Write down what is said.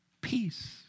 peace